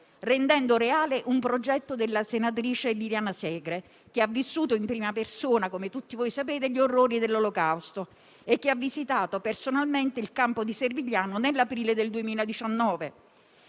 rendendo reale un progetto della senatrice Liliana Segre che ha vissuto in prima persona, come tutti sapete, gli orrori dell'olocausto e che ha visitato personalmente il campo di Servigliano nell'aprile del 2019.